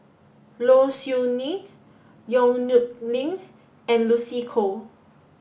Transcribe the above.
Low Siew Nghee Yong Nyuk Lin and Lucy Koh